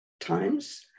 times